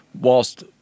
whilst